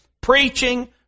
preaching